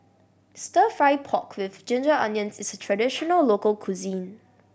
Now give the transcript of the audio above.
Stir Fry pork with ginger onions is traditional local cuisine